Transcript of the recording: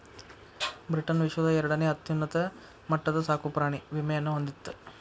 Britain ವಿಶ್ವದ ಎರಡನೇ ಅತ್ಯುನ್ನತ ಮಟ್ಟದ ಸಾಕುಪ್ರಾಣಿ ವಿಮೆಯನ್ನ ಹೊಂದಿತ್ತ